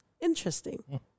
Interesting